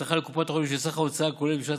הבטחה לקופות החולים שסך ההוצאה הכוללת בשנת